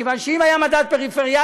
מכיוון שאם היה מדד פריפריאלי,